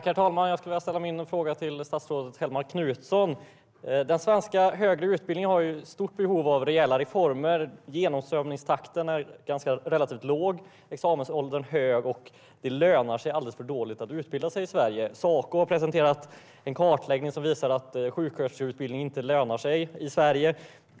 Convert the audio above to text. Herr talman! Jag skulle vilja ställa min fråga till statsrådet Hellmark Knutsson. Den svenska högre utbildningen har ett stort behov av reella reformer. Genomströmningstakten är relativt låg, examensåldern hög och det lönar sig alldeles för dåligt att utbilda sig i Sverige. Saco har presenterat en kartläggning som visar att en sjuksköterskeutbildning inte lönar sig i Sverige.